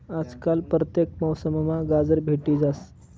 आजकाल परतेक मौसममा गाजर भेटी जास